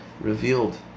revealed